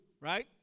right